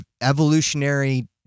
evolutionary